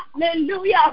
Hallelujah